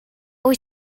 wyt